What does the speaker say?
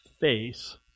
face